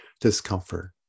discomfort